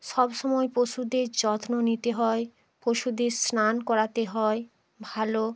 সব সময় পশুদের যত্ন নিতে হয় পশুদের স্নান করাতে হয় ভালো